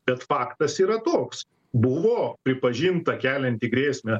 bet faktas yra toks buvo pripažinta kelianti grėsmę